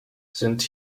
sind